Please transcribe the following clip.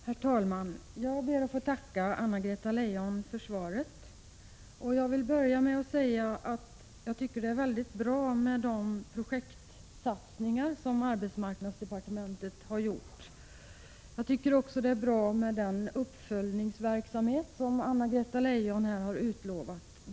Herr talman! Jag ber att få tacka Anna-Greta Leijon för svaret. Jag vill börja med att säga att jag tycker att de projektsatsningar som arbetsmarknadsdepartementet har gjort är mycket bra. Också den uppföljningsverksamhet som Anna-Greta Leijon här har utlovat är bra.